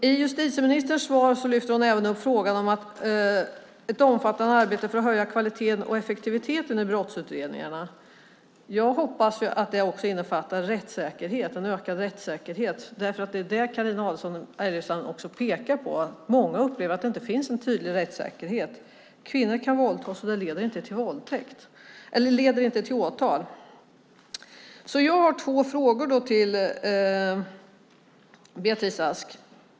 I svaret lyfter justitieministern fram ett omfattande arbete för att höja kvaliteten och effektiviteten i brottsutredningarna. Jag hoppas att det också innefattar en ökad rättssäkerhet, för som Carina Adolfsson Elgestam pekar på upplever många att det inte finns en tydlig rättssäkerhet. Kvinnor kan våldtas utan att det leder till åtal. Jag har två frågor till Beatrice Ask.